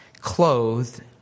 clothed